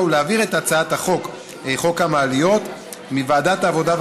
ולהעביר את הצעת חוק המעליות מוועדת העבודה,